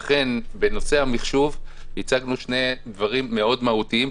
אכן בנושא המחשוב הצגנו שני דברים מאוד מהותיים,